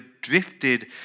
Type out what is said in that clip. drifted